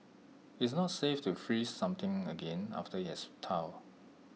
IT is not safe to freeze something again after IT has thawed